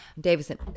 Davidson